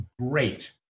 great